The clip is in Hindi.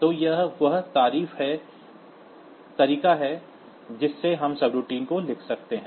तो यह वह तरीका है जिससे हम सबरूटीन को लिख सकते हैं